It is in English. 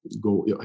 go